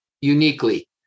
uniquely